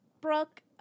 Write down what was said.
Brooke